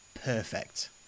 Perfect